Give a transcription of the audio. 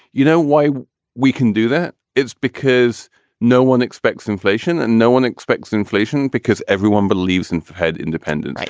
you know why we can do that? it's because no one expects inflation and no one expects inflation because everyone believes in fed independence.